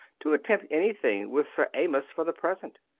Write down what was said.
to at tempt anything with sir amyas for the present.